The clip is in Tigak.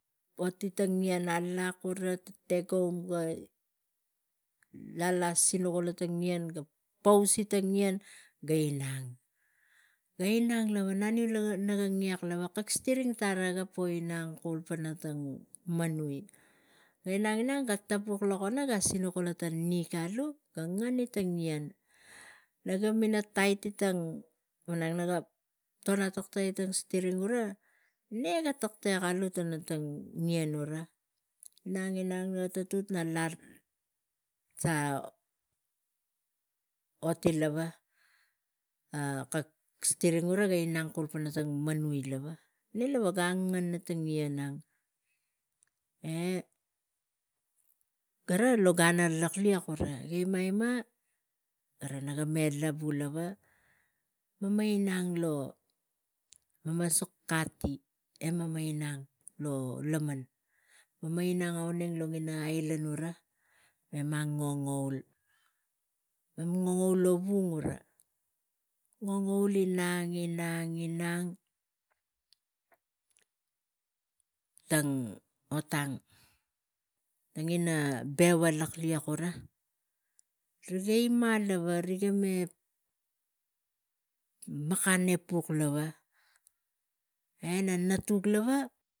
Waki tang ien gura tang tegaum ga las las ula la tang e ga poisi tang ien ga inang, ga inang lavu e naniu nga ngek lava kak tang ien ara ga po inang tang manui ga po suka ga inang, inang lava e ga tapuk lo tang ien e ga mina taiti tang stiring ura ne ga taktek alu kum pana tang ien ura inang, inang e ga tutu a lak sa oti lava kak ta stiring e rega inang kum pana kana lui lava inang kum pana kana lui lava inang kum pana kana lui lava pana tang ina ien ang. E gara lo gan lak liek ma e rik me lavu lava me ma inang lo ailan mema suk kati mema inang vo u lama ga inang lo ailan gura mema ngongoul, mem ngongoul lo vung, ngongoul inang, inang, inang tang ot, tang tang ina beva e rik me pale e puk lava e na natuk lava gi oti tang ien alak